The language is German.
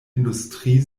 industrie